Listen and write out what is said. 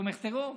תומך טרור.